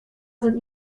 sind